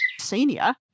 senior